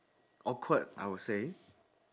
awkward I would say